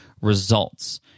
results